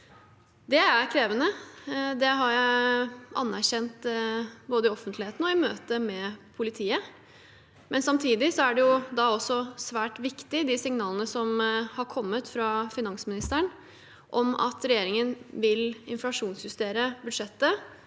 Det er krevende, og det har jeg anerkjent både i offentligheten og i møte med politiet. Samtidig er det da svært viktig med de signalene som er kommet fra finansministeren om at regjeringen vil inflasjonsjustere budsjettet